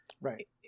Right